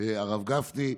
הרב גפני.